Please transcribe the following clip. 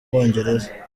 bwongereza